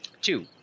Two